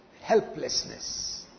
helplessness